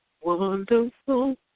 wonderful